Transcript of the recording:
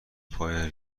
پای